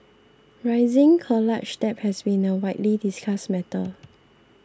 rising college debt has been a widely discussed matter